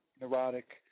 Neurotic